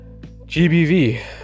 GBV